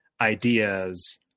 ideas